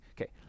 okay